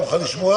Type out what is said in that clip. במקום המילים: